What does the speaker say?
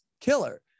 killer